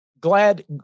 Glad